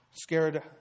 scared